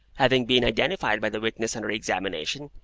having been identified by the witness under examination,